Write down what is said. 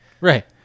Right